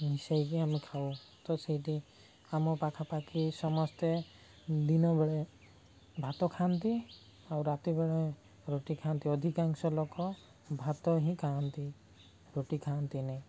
ମିଶାଇକି ଆମେ ଖାଉ ତ ସେଇଠି ଆମ ପାଖାପାଖି ସମସ୍ତେ ଦିନବେଳେ ଭାତ ଖାଆନ୍ତି ଆଉ ରାତିିବେଳେ ରୁଟି ଖାଆନ୍ତି ଅଧିକାଂଶ ଲୋକ ଭାତ ହିଁ ଖାଆନ୍ତି ରୁଟି ଖାଆନ୍ତିନି